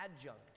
adjunct